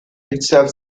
itself